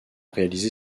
réalisé